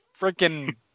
freaking